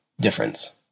difference